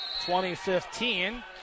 2015